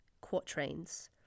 quatrains